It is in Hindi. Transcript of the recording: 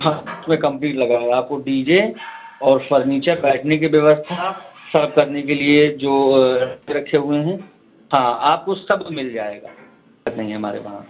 हाँ उसमें कंप्लीट लगा हुआ है आपको डी जे और फ़र्नीचर बैठने की व्यवस्था सर्व करने के लिए जो रखे हुए है आपको सब मिल जाएगा हमारे वहाँ